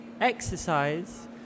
exercise